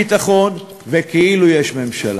כאילו יש תקציב ביטחון וכאילו יש ממשלה.